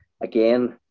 again